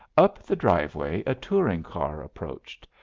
up the driveway a touring-car approached,